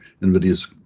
NVIDIA's